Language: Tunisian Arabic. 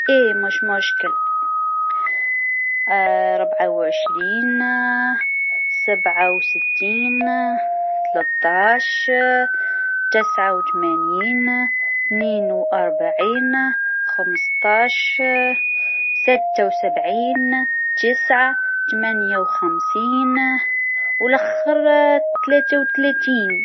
بالطبع! الأرقام هي: ثلاثة، أحد عشر، صفر، سبعة، خمسة عشر، خمسة، تسعة، اثنان، عشرة، ستة، واحد، أربعة، اثنا عشر، ثمانية، أربعة عشر، ثلاثة عشر. هذي أرقام عشوائية، ونتمنى تعجبك!